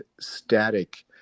static